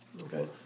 okay